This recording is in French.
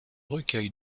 recueil